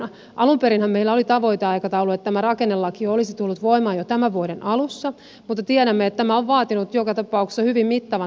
alun perinhän meillä oli tavoiteaikataulu että tämä rakennelaki olisi tullut voimaan jo tämän vuoden alussa mutta tiedämme että tämä on vaatinut joka tapauksessa hyvin mittavan valmistelutyön